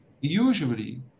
usually